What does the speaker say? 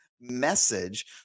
message